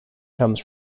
comes